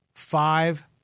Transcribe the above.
Five